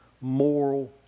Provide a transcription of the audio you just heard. moral